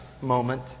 moment